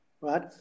right